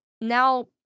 now